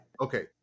Okay